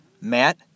Matt